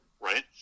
right